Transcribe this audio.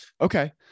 Okay